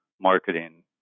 marketing